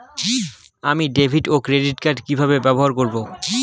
আমি ডেভিড ও ক্রেডিট কার্ড কি কিভাবে ব্যবহার করব?